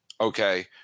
Okay